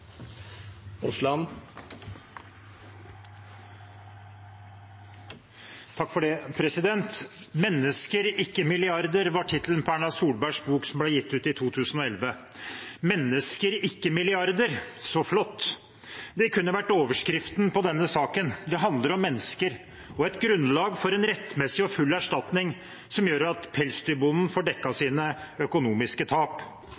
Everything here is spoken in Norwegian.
ikke milliarder» var tittelen på Erna Solbergs bok som ble utgitt i 2011. «Mennesker, ikke milliarder» – så flott! Det kunne vært overskriften på denne saken. Det handler om mennesker og et grunnlag for en rettmessig og full erstatning, som gjør at pelsdyrbonden får dekket sine økonomiske tap